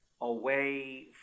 away